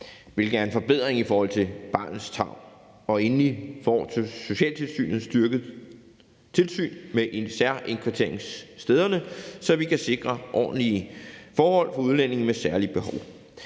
hvilket er en forbedring i forhold til barnets tarv. Og endelig får socialtilsynet et styrket tilsyn med særindkvarteringsstederne, så vi kan sikre ordentlige forhold for udlændinge med særlige behov.